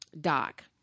doc